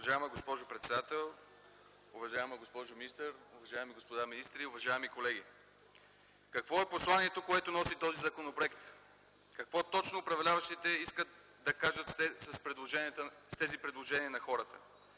Уважаема госпожо председател, уважаема госпожо министър, уважаеми господа министри, уважаеми колеги! Какво е посланието, което носи този законопроект? Какво точно управляващите искат да кажат с тези предложения на хората?